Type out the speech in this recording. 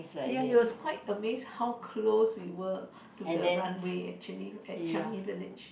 ya he was quite amazed how close we were to the runway actually at Changi Village